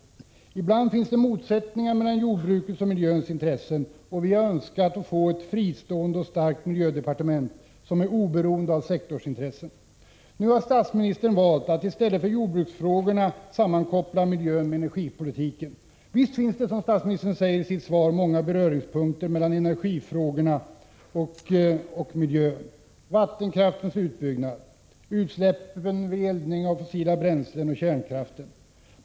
Ibland finns det motsättningar mellan jordbrukets och miljöns intressen. Vi har önskat att få ett fristående och starkt miljödepartement som är oberoende av sektorsintressen. Nu har statsministern valt att i stället för jordbruksfrågorna sammankoppla miljöfrågorna med energipolitiken. Visst finns det, som statsministern säger i sitt svar, många beröringspunkter mellan energifrågorna och miljön: vattenkraftens utbyggnad, utsläppen vid eldning med fossila bränslen och kärnkraften.